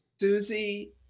Susie